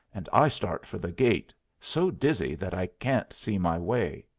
and i start for the gate, so dizzy that i can't see my way.